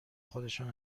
خودشان